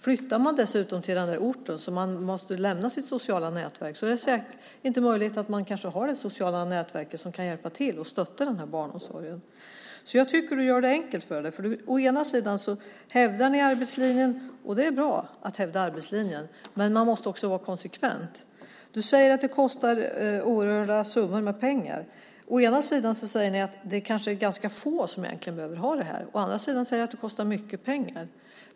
Flyttar man dessutom till orten så att man måste lämna sitt sociala nätverk är det möjligt att man inte har något socialt nätverk som kan hjälpa till och stötta en med barnomsorgen. Jag tycker alltså att du gör det enkelt för dig. Ni hävdar arbetslinjen, och det är bra, men man måste också vara konsekvent. Sedan säger du å ena sidan att det egentligen kanske är ganska få som behöver detta och å andra sidan att det kostar oerhörda summor pengar.